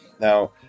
Now